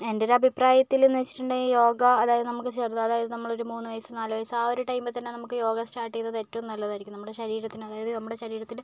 എൻ്റൊരു അഭിപ്രായത്തിൽ എന്ന് വെച്ചിട്ടുണ്ടെങ്കിൽ യോഗ അതായത് നമുക്ക് ചെറുത് അതായത് നമ്മളൊരു മൂന്നു വയസ്സ് നാലു വയസ്സ് ആ ഒരു ടൈമിൽ തന്നെ നമുക്ക് യോഗ സ്റ്റാർട്ട് ചെയ്യുന്നത് ഏറ്റവും നല്ലതായിരിക്കും നമ്മുടെ ശരീരത്തിന് അതായത് നമ്മുടെ ശരീരത്തിന്